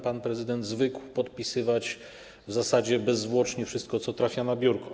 Pan prezydent zwykł podpisywać w zasadzie bezzwłocznie wszystko, co trafia na biurko.